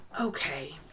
okay